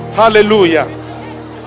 hallelujah